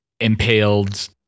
impaled